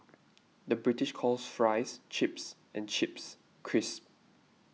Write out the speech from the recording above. the British calls Fries Chips and Chips Crisps